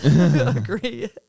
agree